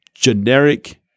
generic